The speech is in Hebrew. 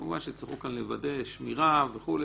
כמובן שיצטרכו כאן לוודא שמירה וכו'.